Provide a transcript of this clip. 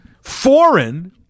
foreign